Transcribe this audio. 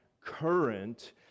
current